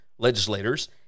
Legislators